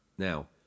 Now